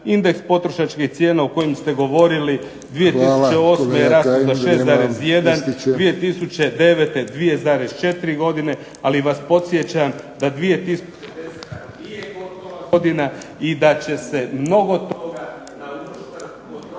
indeks potrošačkih cijena o kojim ste govorili 2008. je rastao za 6,1, 2009. 2,4 godine ali vas podsjećam da 2010. nije gotova godina